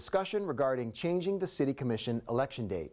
discussion regarding changing the city commission election date